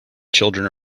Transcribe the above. children